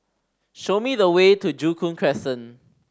show me the way to Joo Koon Crescent